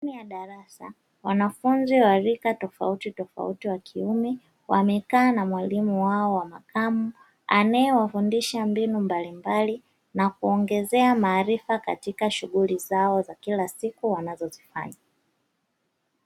Ndani ya darasa wanafunzi wa rika tofautitofauti wa kiume, wamekaa na mwalimu wao wa makamu, anayewafundisha mbinu mbalimbali na kuongezea maarifa katika shughuli zao za kila siku wanazozifanya.